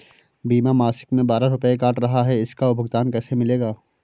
बीमा मासिक में बारह रुपय काट रहा है इसका भुगतान कैसे मिलेगा?